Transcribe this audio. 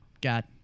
Got